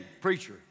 preacher